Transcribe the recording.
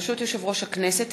ברשות יושב-ראש הכנסת,